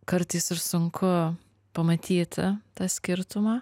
kartais ir sunku pamatyti tą skirtumą